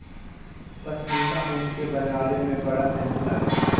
पश्मीना ऊन के बनावे में बड़ा मेहनत लागेला